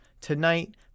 tonight